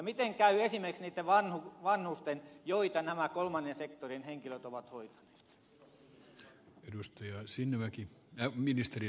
miten käy esimerkiksi niitten vanhusten joita nämä kolmannen sektorin henkilöt ovat hoitaneet